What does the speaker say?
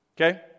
okay